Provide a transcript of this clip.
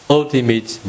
ultimate